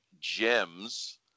gems